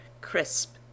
crisp